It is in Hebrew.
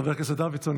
חבר הכנסת דוידסון,